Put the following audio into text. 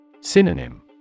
Synonym